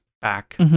back